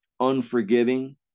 unforgiving